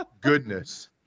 Goodness